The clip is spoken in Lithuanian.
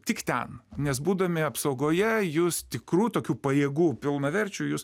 tik ten nes būdami apsaugoje jūs tikrų tokių pajėgų pilnaverčių jūs